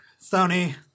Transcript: Sony